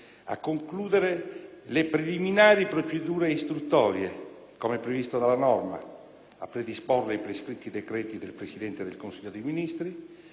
a concludere le preliminari procedure istruttorie, come previsto dalla norma, a predisporre i prescritti decreti del Presidente del Consiglio dei ministri,